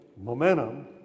momentum